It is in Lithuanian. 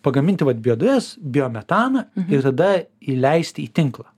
pagaminti vat biodujas biometaną ir tada įleisti į tinklą